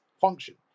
function